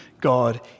God